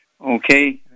Okay